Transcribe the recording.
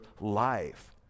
life